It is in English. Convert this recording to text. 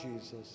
Jesus